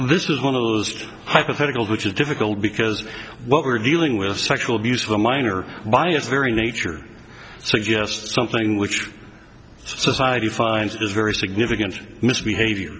this is one of those hypotheticals which is difficult because what we're dealing with sexual abuse of a minor by its very nature suggests something which society finds is very significant misbehav